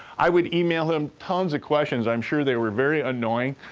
i would email him tons of questions. i'm sure they were very annoying,